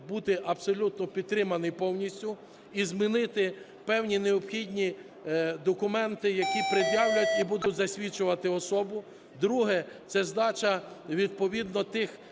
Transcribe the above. бути абсолютно підтриманий повністю. І змінити певні необхідні документи, які пред'являть і будуть засвідчувати особу. Друге. Це здача відповідно тих